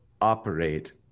operate